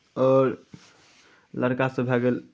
आओर लड़कासभ भए गेल